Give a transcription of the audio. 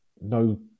no